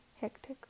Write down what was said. hectic